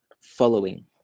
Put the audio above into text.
following